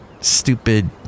Stupid